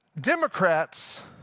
Democrats